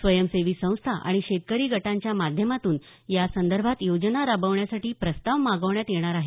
स्वयंसेवी संस्था आणि शेतकरी गटांच्या माध्यमातून या संदर्भात योजना राबवण्यासाठी प्रस्ताव मागवण्यात येणार आहेत